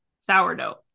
sourdough